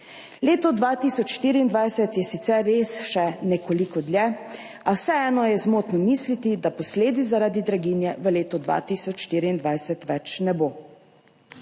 Leto 2024 je sicer res še nekoliko dlje, a vseeno je zmotno misliti, da posledic zaradi draginje v letu 2024 ne bo